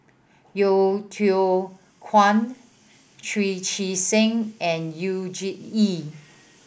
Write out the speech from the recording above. Yeo Yeow Kwang Chu Chee Seng and Yu Zhuye